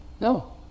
No